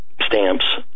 stamps